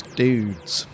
dudes